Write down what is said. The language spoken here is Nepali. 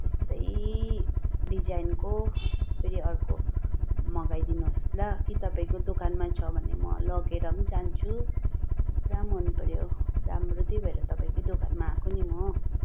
त्यस्तै डिजाइनको फेरि अर्को मगाइदिनु होस् ल कि तपाईँको दोकानमा छ भने म लिएर पनि जान्छु पुरा मनपर्यो राम्रो त्यही भएर तपाईँको दोकानमा आएको नि म